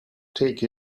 take